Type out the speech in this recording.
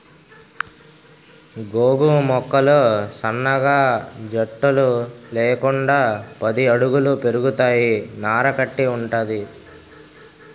గోగు మొక్కలు సన్నగా జట్టలు లేకుండా పది అడుగుల పెరుగుతాయి నార కట్టి వుంటది